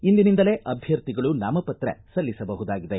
ಇಂದಿನಿಂದಲೇ ಅಭ್ವರ್ಥಿಗಳು ನಾಮಪತ್ರ ಸಲ್ಲಿಸಬಹುದಾಗಿದೆ